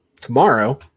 tomorrow